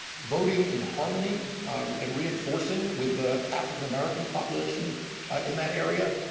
voting in harmony and reinforcing with the african-american population in that area.